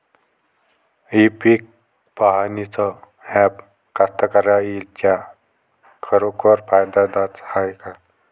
इ पीक पहानीचं ॲप कास्तकाराइच्या खरोखर फायद्याचं हाये का?